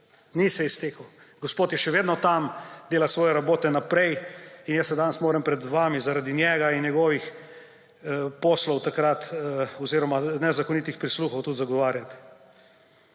Ni se iztekel! Gospod je še vedno tam, dela svoje rabote naprej. In jaz se danes moram pred vami zaradi njega in njegovih poslov takrat oziroma nezakonitih prisluhov tudi zagovarjati!